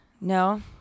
No